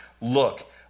Look